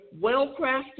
well-crafted